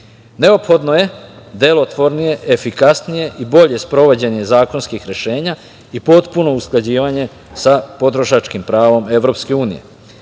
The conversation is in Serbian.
putem. Neophodno je delotvornije, efikasnije i bolje sprovođenje zakonskih rešenja i potpuno usklađivanje sa potrošačkim pravom EU.